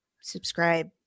subscribe